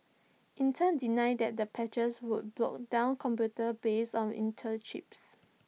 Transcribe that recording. Intel denied that the patches would blog down computers based on Intel chips